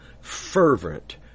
fervent